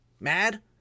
mad